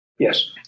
Yes